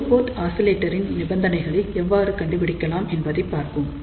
ஒரு போர்ட் ஆசிலேட்டரின் நிபந்தனைகளை எவ்வாறு கண்டுபிடிக்கலாம் என்பதை பார்ப்போம்